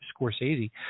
Scorsese